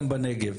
גם בנגב,